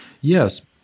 Yes